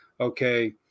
Okay